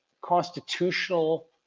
constitutional